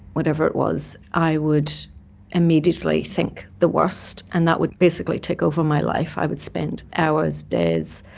whatever it was, i would immediately think the worst, and that would basically take over my life. i would spend hours, days